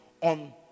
on